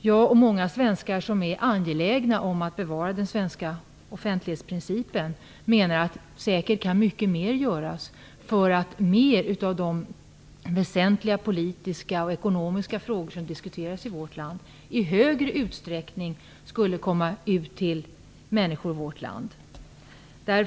Jag och många andra svenskar som är angelägna om att bevara den svenska offentlighetsprincipen menar att mycket mer säkert kan göras för att mer av de väsentliga politiska och ekonomiska frågor som diskuteras i vårt land i större utsträckning skall komma ut till människorna i landet.